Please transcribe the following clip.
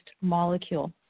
molecule